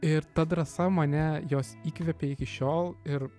ir ta drąsa mane jos įkvepia iki šiol ir